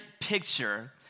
picture